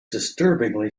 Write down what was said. disturbingly